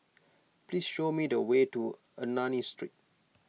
please show me the way to Ernani Street